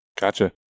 Gotcha